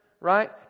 Right